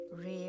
Real